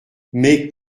mais